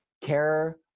care